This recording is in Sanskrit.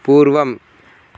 पूर्वम्